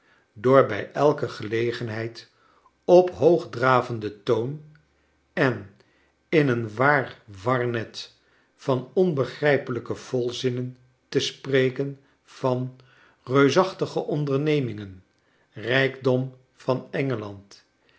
door bij elke gelegenheid op hoogdravenden toon en in een waar warnet van onbegrijpelijke volzinnen te spreken van beusachtige ondernemingen rijkdom van